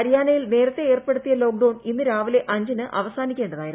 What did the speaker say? ഹരിയാനയിൽ നേരത്തെ ഏർപ്പെടുത്തിയ ലോക്ക്ഡൌൺ ഇന്ന് രാവിലെ അഞ്ചിന് അവസാനിക്കേണ്ടതായിരുന്നു